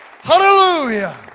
Hallelujah